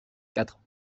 quatre